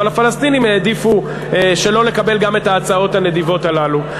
אבל הפלסטינים העדיפו שלא לקבל גם את ההצעות הנדיבות הללו.